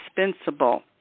Indispensable